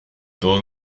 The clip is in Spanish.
todos